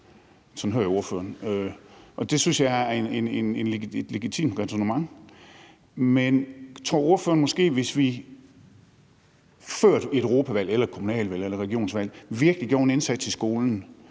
sådan hører jeg ordføreren – og det synes jeg er et legitimt ræsonnement. Men tror ordføreren, at der, hvis vi før et europaparlamentsvalg, kommunalvalg eller regionsvalg virkelig gjorde en indsats i skolen,